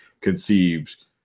conceived